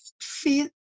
feel